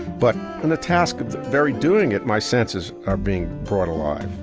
but in the task of very doing it, my senses are being brought alive.